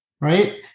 right